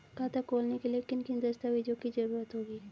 खाता खोलने के लिए किन किन दस्तावेजों की जरूरत होगी?